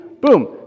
Boom